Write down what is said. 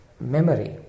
memory